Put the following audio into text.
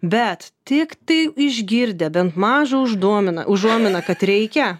bet tiktai išgirdę bent mažą užduominą užuominą kad reikia